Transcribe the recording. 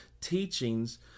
teachings